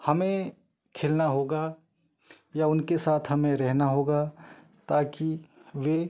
हमें खेलना होगा या उनके साथ हमें रहना होगा ताकि वे